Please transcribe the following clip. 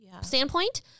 standpoint